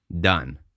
done